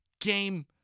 game